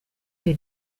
two